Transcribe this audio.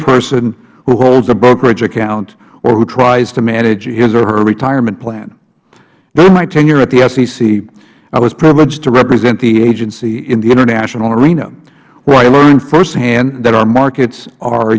person who holds a brokerage account or who tries to manage his or her retirement plan during my tenure at the sec i was privileged to represent the agency in the international arena where i learned firsthand that our markets are